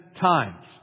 times